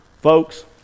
folks